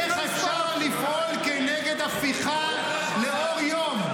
איך אפשר לפעול כנגד הפיכה לאור יום?